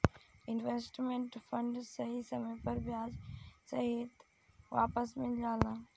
investment fund सही समय पर ब्याज सहित वापस मिल जाला